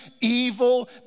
evil